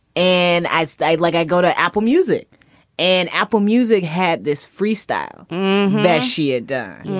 and as i'd like, i go to apple music and apple music had this freestyle that she had done.